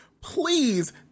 please